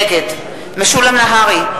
נגד משולם נהרי,